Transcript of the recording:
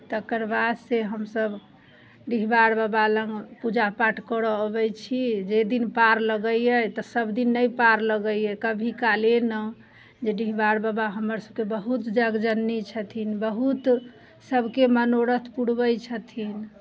तकर बादसँ हमसभ डिहबार बाबा लग पूजा पाठ करय अबैत छी जाहि दिन पार लगैए तऽ सभ दिन नहि पार लगैए कभी काल एलहुँ जे डिहबार बाबा हमरसभके बहुत जगजननी छथिन बहुत सभके मनोरथ पुरबै छथिन